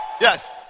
Yes